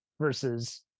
Versus